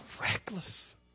reckless